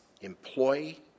employee